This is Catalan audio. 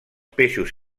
peixos